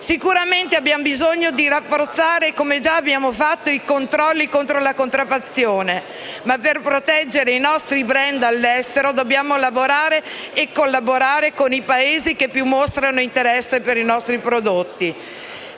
Sicuramente abbiamo bisogno di rafforzare, come già abbiamo fatto, i controlli contro la contraffazione, ma per proteggere i nostri *brand* all'estero dobbiamo lavorare e collaborare con i Paesi che più mostrano interesse per i nostri prodotti.